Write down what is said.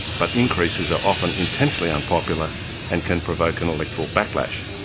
but increases are often intensely unpopular and can provoke an electoral backlash.